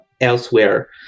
elsewhere